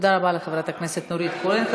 תודה רבה לחברת הכנסת נורית קורן.